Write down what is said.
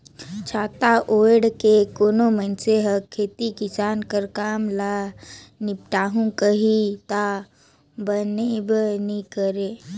छाता ओएढ़ के कोनो मइनसे हर खेती किसानी कर काम ल निपटाहू कही ता बनबे नी करे